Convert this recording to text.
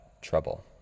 trouble